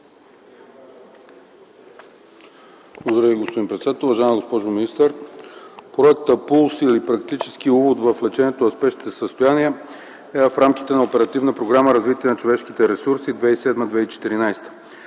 Благодаря Ви, господин председател. Уважаема госпожо министър, Проектът ПУЛСС или Практически увод в лечението на спешните състояния е в рамките на Оперативна програма „Развитие на човешките ресурси 2007-2014”.